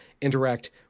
interact